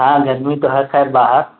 ہاں گرمی تو ہے خیر باہر